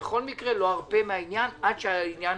בכל מקרה אני לא ארפה מהעניין עד שהעניין